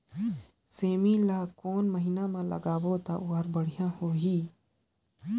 सेमी ला कोन महीना मा लगाबो ता ओहार बढ़िया होही?